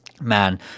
man